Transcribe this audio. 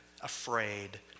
afraid